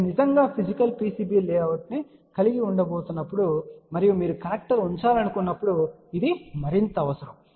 మీరు నిజంగా physical PCB layout కలిగి ఉండబోతున్నప్పుడు మరియు మీరు కనెక్టర్ ఉంచాలనుకున్నప్పుడు ఇది మరింత అవసరం